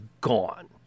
gone